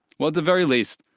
well, at the very least,